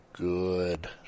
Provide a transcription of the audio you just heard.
good